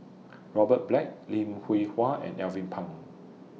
Robert Black Lim Hwee Hua and Alvin Pang